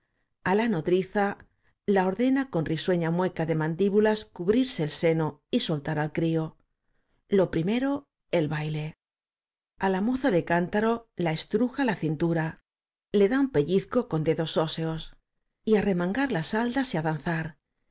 la nodriza la ordena c o n risueña m u e c a de m a n díbulas cubrirse el s e n o y soltar al crío lo prim e r o el bailel a la m o z a de cántaro la estruja la cintura la da un pellizco con d e d o s ó seos y arremanga las hadas y á remangar las haldas y á danzarl